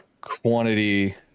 quantity